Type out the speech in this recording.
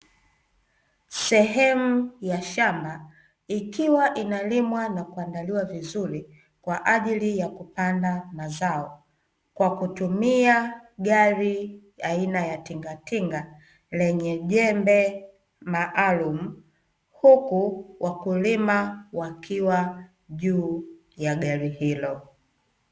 Sehemu ya shamba ikiwa inalimwa na kuandaliwa vizuri kwa ajili ya kupanda mazao kwa kutumia gari aina ya tingatinga lenye jembe maalumu, huku wakulima wakiwa juu ya gari hilo.